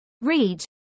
read